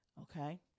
Okay